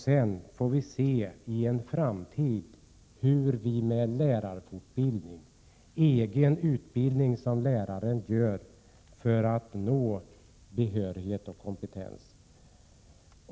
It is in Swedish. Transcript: Vi får sedan se hur läraren fortbildar eller egenutbildar sig för att nå behörighet och kompetens.